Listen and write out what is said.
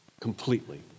Completely